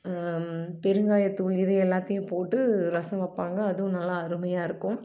பெருங்காயத்தூள் இது எல்லாத்தையும் போட்டு ரசம் வைப்பாங்க அதுவும் நல்லா அருமையாக இருக்கும்